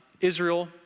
Israel